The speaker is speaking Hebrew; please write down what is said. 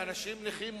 לאנשים נכים,